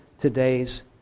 today's